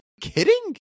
kidding